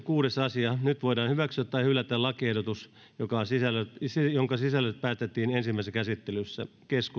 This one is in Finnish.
kuudes asia nyt voidaan hyväksyä tai hylätä lakiehdotus jonka sisällöstä päätettiin ensimmäisessä käsittelyssä